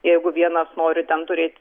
jeigu vienas nori ten turėt